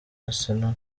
arsenal